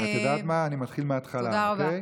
את יודעת מה, אני מתחיל מהתחלה, אוקיי?